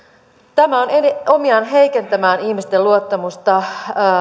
tämä on omiaan heikentämään ihmisten luottamusta